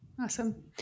Awesome